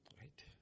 Right